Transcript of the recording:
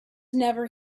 never